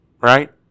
right